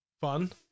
fun